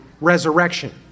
resurrection